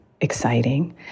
exciting